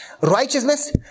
Righteousness